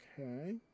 Okay